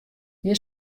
hjir